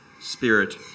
Spirit